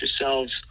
yourselves